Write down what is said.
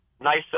Nice